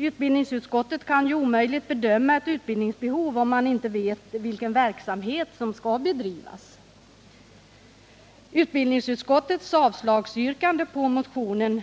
Utbildningsutskottet kan ju omöjligen bedöma ett utbildningsbehov om man inte vet vilken verksamhet som skall bedrivas. Utbildningsutskottets yrkande om avslag på motionen